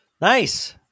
nice